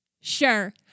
Sure